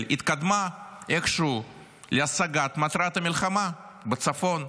התקדמה איכשהו להשגת מטרת המלחמה בצפון,